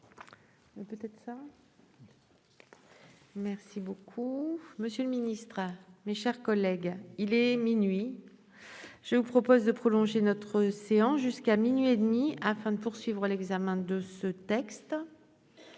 modifié. bis B Monsieur le ministre, mes chers collègues, il est minuit ; je vous propose de prolonger la séance jusqu'à minuit et demi afin de poursuivre plus avant l'examen de ce texte.